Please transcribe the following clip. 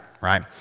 right